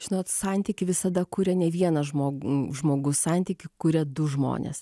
žinot santykiai visada kuria ne vieną žmogų žmogus santykį kuria du žmonės